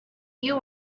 you